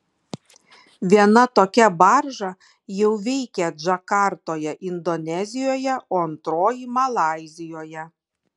viena tokia barža jau veikia džakartoje indonezijoje o antroji malaizijoje